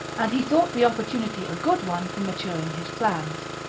and he thought the opportunity a good one for maturing his plans.